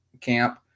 camp